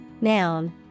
Noun